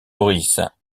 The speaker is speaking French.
maurice